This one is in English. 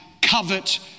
covet